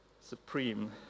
supreme